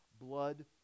Blood